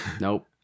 nope